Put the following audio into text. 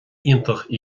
iontach